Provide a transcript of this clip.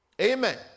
Amen